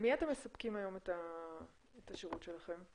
למי אתם מספקים היום את השירות שלכם?